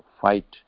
fight